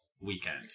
weekend